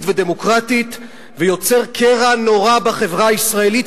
ודמוקרטית ויוצר קרע נורא בחברה הישראלית,